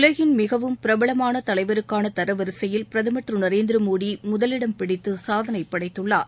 உலகின் மிகவும் பிரபலமான தலைவருக்கான தரவரிசையில் பிரதமா் திரு நரேந்திர மோடி முதலிடம் பிடித்து சாதனைப் படைத்துள்ளார்